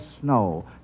snow